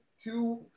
Two